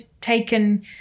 taken